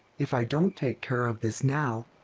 if i don't take care of this now,